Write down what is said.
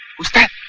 was never